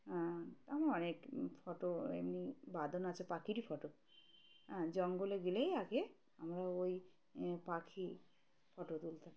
হ্যাঁ আমার অনেক ফটো এমনি বাঁধানো আছে পাখিরই ফটো হ্যাঁ জঙ্গলে গেলেই আগে আমরা ওই পাখি ফটো তুলতাম